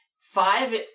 Five